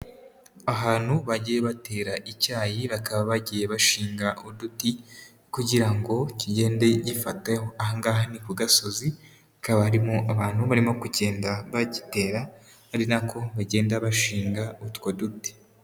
Ahantu bagiye batera icyayi bakaba bagiye bashinga uduti kugira ngo kigende gifateho, aha ngaha ni ku gasozi hakaba harimo abantu barimo kugenda bagitera ari nako bagenda bashinga utwo duti.